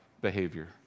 behavior